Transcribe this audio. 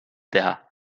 teha